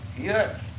yes